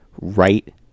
right